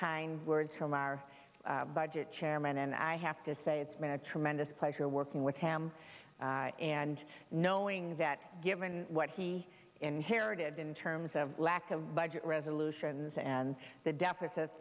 kind words from our budget chairman and i have to say it's been a tremendous pleasure working with him and knowing that given what he inherited in terms of lack of budget resolutions and the deficit